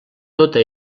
tota